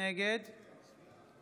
נגד